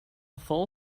full